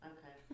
Okay